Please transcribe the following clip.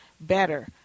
better